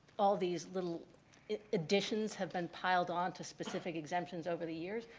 all these little additions have been piled on to specific exemptions over the years.